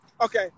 Okay